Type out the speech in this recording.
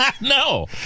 No